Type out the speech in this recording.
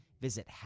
Visit